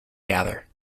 gather